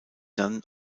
dann